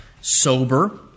sober